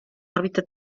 òrbita